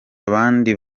abandi